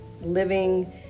living